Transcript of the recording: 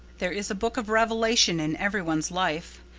there is a book of revelation in every one's life,